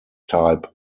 type